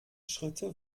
schritte